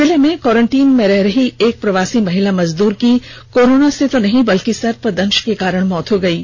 जिले में क्वारेंटीन में रह रही एक प्रवासी महिला मजदूर की कोरोना से तो नहीं बल्कि सर्पदंश के कारण मौत हो गयी